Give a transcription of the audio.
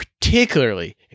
particularly